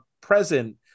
present